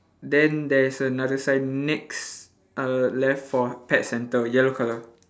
then there is another sign next err left for pet centre yellow colour